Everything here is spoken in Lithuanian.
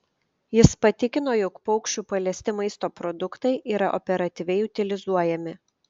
jis patikino jog paukščių paliesti maisto produktai yra operatyviai utilizuojami